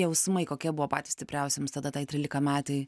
jausmai kokie buvo patys stipriausi jums tada tai trylikametei